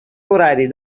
horari